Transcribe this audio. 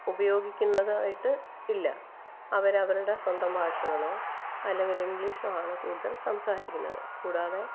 ഉപയോഗിക്കുന്നതായിട്ട് ഇല്ല അവരവരുടെ സ്വന്തം ഭാഷകളോ അല്ലെങ്കിൽ ഇംഗ്ലിഷോ ആണ് കൂടുതൽ സംസാരിക്കുന്നത് കൂടാതെ